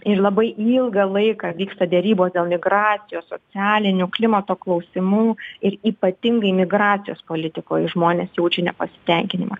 ir labai ilgą laiką vyksta derybos dėl migracijos socialinių klimato klausimų ir ypatingai migracijos politikoj žmonės jaučia nepasitenkinimą